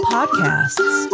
Podcasts